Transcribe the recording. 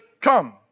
come